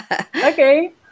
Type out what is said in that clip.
Okay